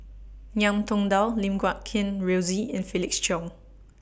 Ngiam Tong Dow Lim Guat Kheng Rosie and Felix Cheong